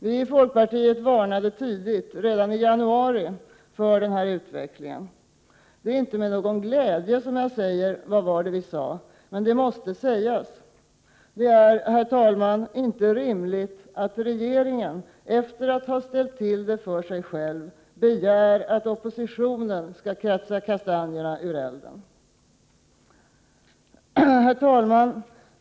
Vi i folkpartiet varnade tidigt, redan i januari, för denna utveckling. Det är inte med någon glädje jag säger ”vad var det vi sade”, men det måste sägas. Det är, herr talman, inte rimligt att regeringen — efter att ha ställt till det för sig — begär att oppositionen skall kratsa kastanjerna ur elden. Herr talman!